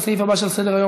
לסעיף הבא שעל סדר-היום,